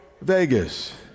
Vegas